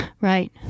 Right